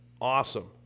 awesome